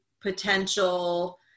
potential